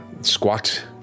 squat